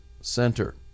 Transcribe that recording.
center